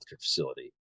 facility